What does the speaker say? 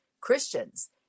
Christians